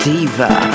Diva